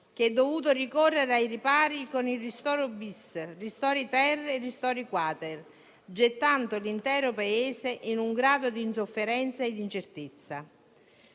che è dovuto ricorrere ai ripari con i decreti-legge ristori-*bis, ter* e *quater,* gettando l'intero Paese in un grado di insofferenza e di incertezza.